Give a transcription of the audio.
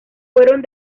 fueron